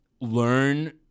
learn